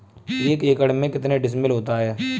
एक एकड़ में कितने डिसमिल होता है?